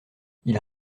ils